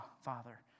Father